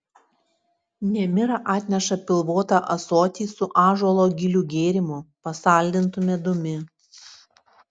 nemira atneša pilvotą ąsotį su ąžuolo gilių gėrimu pasaldintu medumi